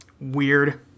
weird